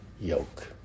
yoke